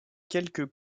quelques